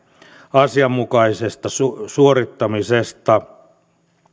asianmukaisesta suorittamisesta